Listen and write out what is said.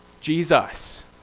Jesus